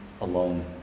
alone